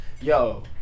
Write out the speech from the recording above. yo